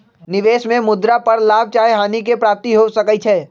निवेश में मुद्रा पर लाभ चाहे हानि के प्राप्ति हो सकइ छै